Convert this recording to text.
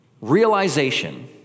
Realization